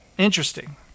Interesting